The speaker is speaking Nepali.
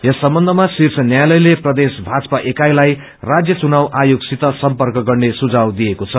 यस सम्बन्धमा शीर्ष न्यायालयले प्रदेश भाजपा एकाईलाई राज्य चुनाव आयोगसित सम्पर्क गर्ने सुझाव दिएको छ